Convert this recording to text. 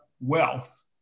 wealth